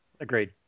Agreed